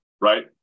right